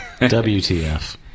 WTF